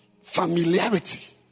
familiarity